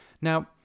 Now